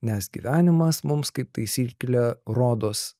nes gyvenimas mums kaip taisyklė rodos